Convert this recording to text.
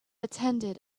attended